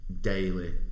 daily